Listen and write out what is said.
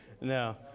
No